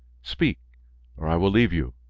speak or i will leave you.